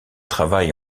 travail